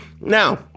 now